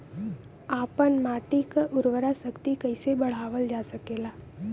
आपन माटी क उर्वरा शक्ति कइसे बढ़ावल जा सकेला?